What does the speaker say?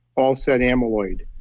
all said amyloid.